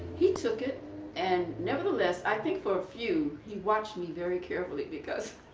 he took it and nevertheless i think for a few he watched me very carefully because